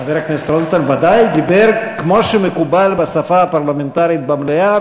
חבר הכנסת רוזנטל ודאי דיבר כמו שמקובל בשפה הפרלמנטרית במליאה,